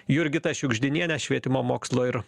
jurgita šiugždinienė švietimo mokslo ir